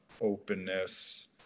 openness